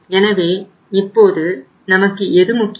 எனவே இப்போது நமக்கு எது முக்கியம்